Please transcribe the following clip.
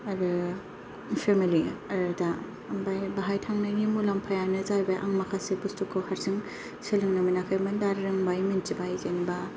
आरो फेमेलि आरो दा अम्फ्राय बाहाय थांनायनि मुलांफायानो जाहैबाय आं माखासे बुस्थुखौ सोलोंनो मोनाखैमोन दा रोंबाय मिन्थिबाय जेनबा